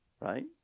right